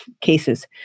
cases